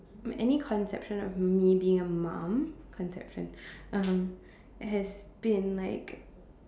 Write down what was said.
any conception of me being a mum conception um has been like